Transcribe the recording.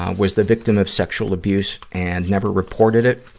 um was the victim of sexual abuse and never reported it.